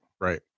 right